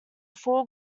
full